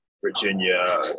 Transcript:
Virginia